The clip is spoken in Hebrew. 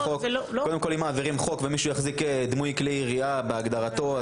אם מעבירים חוק ומישהו יחזיק דמוי כלי ירייה בהגדרתו,